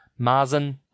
Marzen